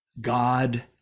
God